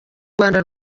rwanda